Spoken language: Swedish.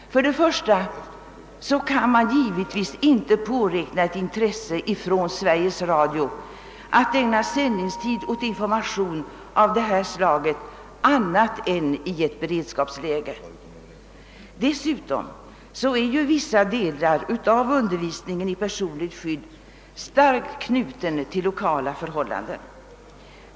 Först och främst kan man givetvis inte påräkna att Sveriges Radio skulle ha intresse av att ägna sändningstid åt information av detta slag annat än i ett beredskapsläge. Dessutom är vissa delar av undervisningen i personligt skydd starkt knutna till 1okala förhållanden.